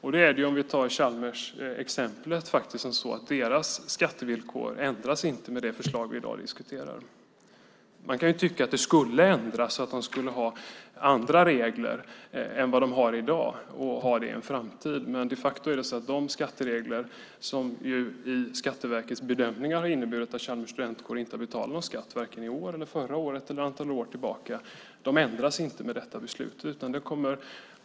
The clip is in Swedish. Vi kan ta Chalmers som exempel. Deras skattevillkor ändras inte med det förslag som vi i dag diskuterar. Man kan tycka att det skulle ändras och att de skulle ha andra regler i framtiden än de har i dag. Men de facto är det så att de skatteregler som vid Skatteverkets bedömningar har inneburit att Chalmers studentkår inte har betalat någon skatt vare sig i år, förra året eller ett antal år tillbaka ändras inte med detta beslut.